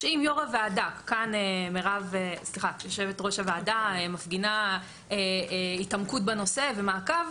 כאן יושבת-ראש הוועדה מפגינה התעמקות בנושא ומעקב,